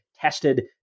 tested